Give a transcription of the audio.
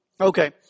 Okay